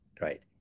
Right